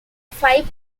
five